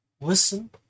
listen